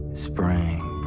spring